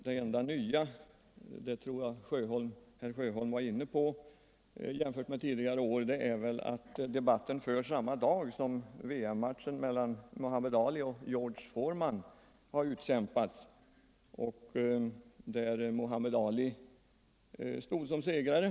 Det enda nya jämfört med tidigare år av det som herr Sjöholm var inne på tror jag är att denna debatt förs samma dag som VM-matchen mellan Muhammad Ali och George Foreman har utkämpats, där Muhammad Ali stod som segrare.